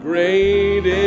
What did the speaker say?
Great